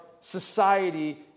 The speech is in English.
society